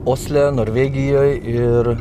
osle norvegijoj ir